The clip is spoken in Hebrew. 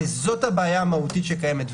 וזאת הבעיה המהותית שקיימת,